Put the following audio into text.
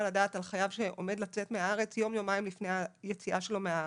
לדעת על חייב שעומד לצאת מהארץ יום-יומיים לפני היציאה שלו מהארץ,